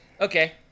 Okay